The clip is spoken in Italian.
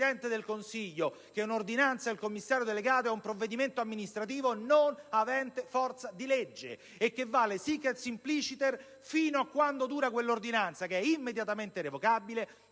del Consiglio o del commissario delegato è un provvedimento amministrativo non avente forza di legge, che vale *sic et simpliciter* fino a quando dura quell'ordinanza, che è immediatamente revocabile,